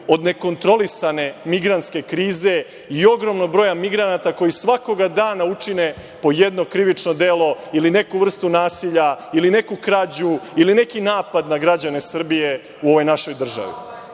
od nekontrolisane migrantske krize i ogromnog broja migranata koji svakog dana učine po jedno krivično delo ili neku vrstu nasilja ili neku krađu ili neki napad na građane Srbije u ovoj našoj državi.